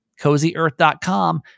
CozyEarth.com